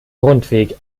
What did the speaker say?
rundweg